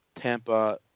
Tampa